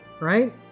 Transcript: Right